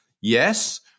Yes